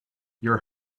your